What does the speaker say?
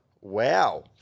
Wow